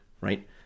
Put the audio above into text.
right